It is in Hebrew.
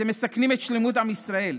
אתם מסכנים את שלמות עם ישראל.